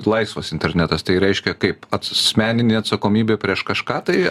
laisvas internetas tai reiškia kaip asmeninė atsakomybė prieš kažką tai